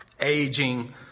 Aging